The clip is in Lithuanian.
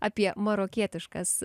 apie marokietiškas